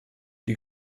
die